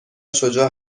شجاع